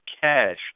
cash